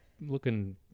looking